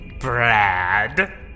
Brad